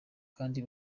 kandi